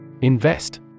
Invest